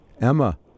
Emma